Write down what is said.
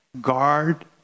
Guard